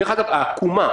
העקומה